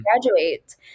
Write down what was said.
graduate